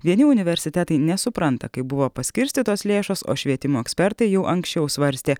vieni universitetai nesupranta kaip buvo paskirstytos lėšos o švietimo ekspertai jau anksčiau svarstė